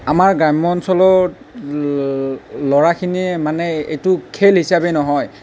আমাৰ গ্ৰাম্য অঞ্চলত ল'ৰাখিনিয়ে মানে এইটো খেল হিচাপে নহয়